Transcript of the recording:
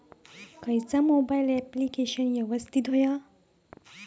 खयचा mobile application यवस्तित होया?